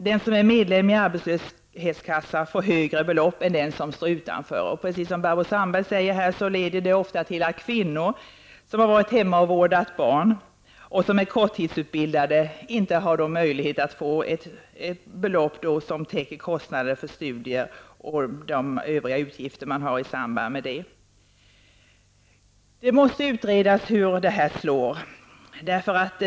Den som är medlem i arbetslöshetskassa får högre belopp än den som står utanför. Precis som Barbro Sandberg säger här leder det ofta till att kvinnor som varit hemma och vårdat barn och som är korttidsutbildade inte har möjlighet att få ett belopp som täcker kostnaderna för studier och övriga utgifter man har i samband med det. Det måste utredas hur detta slår.